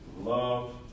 love